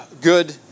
good